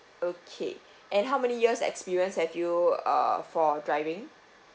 okay and how many years experience have you err for driving